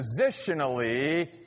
positionally